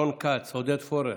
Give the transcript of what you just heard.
רון כץ, עודד פורר,